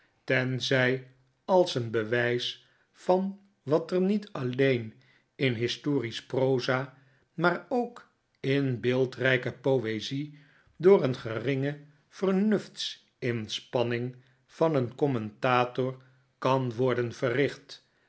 tenzij als een bewijs van wat er niet alleen in historisch proza maar ook in beeldrijke poezie door een geringe vernuftsinspanning van een commentator kan worden verricht